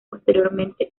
posteriormente